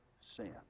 sin